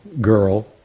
girl